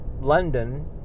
London